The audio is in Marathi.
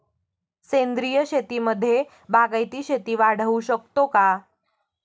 सेंद्रिय शेतीमध्ये बागायती शेती वाढवू शकतो का?